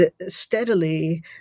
Steadily